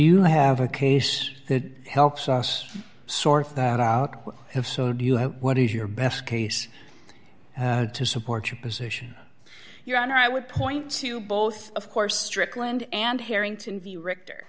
you have a case that helps us sort that out have so do you what is your best case to support your position your honor i would point to both of course strickland and harrington v richter